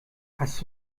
hast